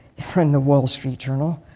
from the wall street journal,